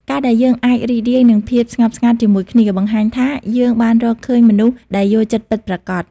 ការដែលយើងអាចរីករាយនឹងភាពស្ងប់ស្ងាត់ជាមួយគ្នា បង្ហាញថាយើងបានរកឃើញមនុស្សដែលយល់ចិត្តពិតប្រាកដ។